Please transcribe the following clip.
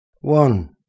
One